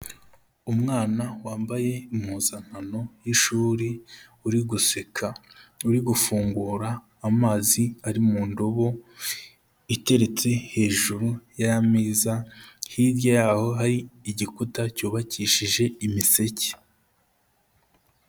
Umwana wambaye impuzankano y'ishuri, uri guseka, uri gufungura amazi ari mu ndobo iteretse hejuru y'ameza, hirya yaho hari igikuta cyubakishije imiseke.